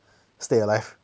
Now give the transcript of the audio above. stay alive